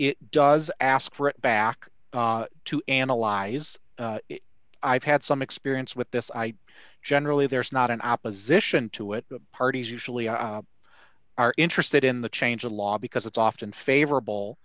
it does ask for it back to analyze i've had some experience with this i generally there's not an opposition to it the parties usually are interested in the change of law because it's often favorable